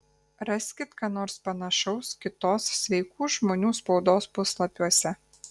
raskit ką nors panašaus kitos sveikų žmonių spaudos puslapiuose